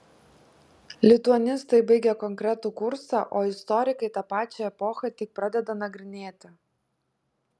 lituanistai baigia konkretų kursą o istorikai tą pačią epochą tik pradeda nagrinėti